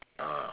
ah